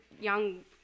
young